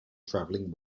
travelling